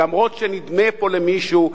אף שנדמה פה למישהו,